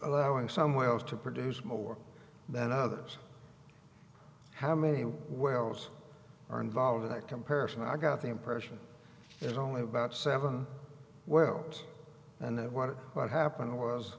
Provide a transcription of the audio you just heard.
allowing someone else to produce more than others how many wells are involved in that comparison i got the impression there's only about seven well and what what happened was